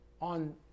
on